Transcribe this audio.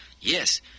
Yes